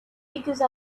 because